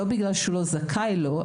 לא בגלל שהוא לא זכאי לו,